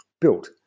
built